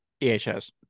EHS